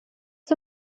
the